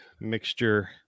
mixture